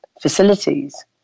facilities